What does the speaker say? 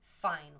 fine